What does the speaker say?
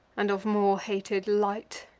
and of more hated light